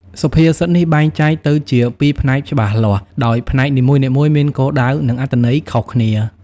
សុភាសិតនេះបែងចែកទៅជាពីរផ្នែកច្បាស់លាស់ ដោយផ្នែកនីមួយៗមានគោលដៅ និងអត្ថន័យខុសគ្នា។